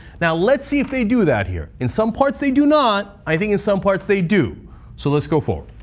now let's see if they do that here in some parts they do not, i think, and in some parts they do so let's go forward.